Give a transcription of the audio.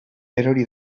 erori